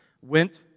went